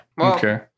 Okay